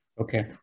Okay